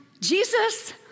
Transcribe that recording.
Jesus